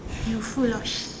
you full lost